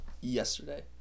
yesterday